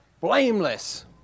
blameless